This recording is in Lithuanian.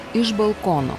iš balkono